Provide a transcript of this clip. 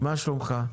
מה שלומך?